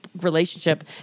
relationship